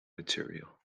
material